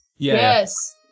Yes